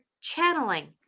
channeling